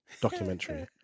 documentary